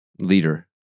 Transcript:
leader